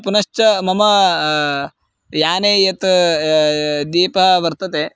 पुनश्च मम याने यत् दीपः वर्तते